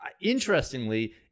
interestingly